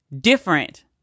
different